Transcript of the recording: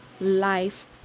life